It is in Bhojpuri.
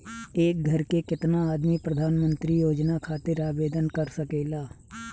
एक घर के केतना आदमी प्रधानमंत्री योजना खातिर आवेदन कर सकेला?